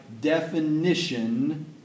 definition